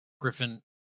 Griffin